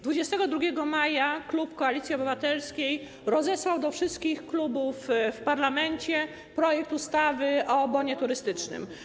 22 maja klub Koalicji Obywatelskiej rozesłał do wszystkich klubów w parlamencie projekt ustawy o bonie turystycznym.